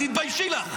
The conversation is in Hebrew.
אז תדעי לך,